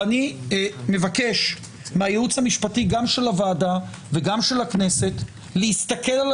אני מבקש מהייעוץ המשפטי גם של הוועדה וגם של הכנסת להסתכל על